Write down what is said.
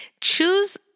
Choose